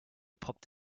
poppt